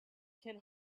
can